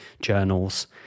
journals